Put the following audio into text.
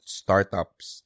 startups